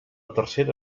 tercera